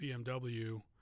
BMW